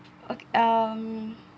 o~ um